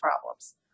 problems